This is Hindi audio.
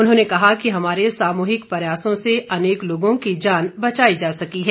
उन्होंने कहा कि हमारे सामुहिक प्रयासों से अनेक लोगों की जान बचाई जा सकी है